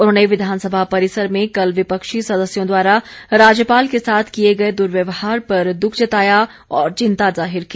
उन्होंने विधानसभा परिसर में कल विपक्षी सदस्यों द्वारा राज्यपाल के साथ किए गए दुर्व्यहार पर दुख जताया और चिंता जाहिर की